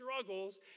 struggles